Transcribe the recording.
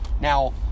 now